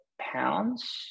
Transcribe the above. pounds